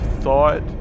thought